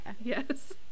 Yes